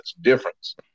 difference